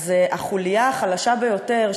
החוליה החלשה ביותר,